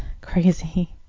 crazy